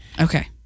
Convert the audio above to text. Okay